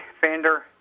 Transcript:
Fender